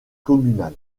communal